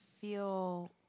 feel